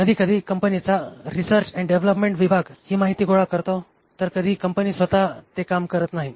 कधीकधी कंपनीचा research and development विभाग हि माहिती गोळा करतो तर कधी कंपनी स्वतः ते काम करत नाही